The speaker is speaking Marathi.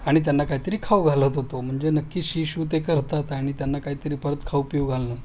आणि त्यांना काहीतरी खाऊ घालत होतो म्हणजे नक्कीच शी शू ते करतात आणि त्यांना काहीतरी परत खाऊ पिऊ घालणं